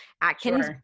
Atkins